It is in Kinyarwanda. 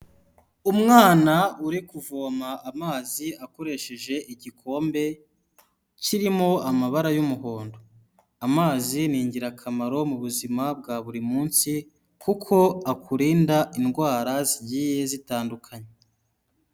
Umwana uri kuvoma amazi akoresheje igikombe kirimo amabara y'umuhondo. Amazi ni ingirakamaro mu buzima bwa buri munsi kuko akurinda indwara zigiye zitandukanye.